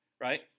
right